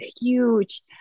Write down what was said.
huge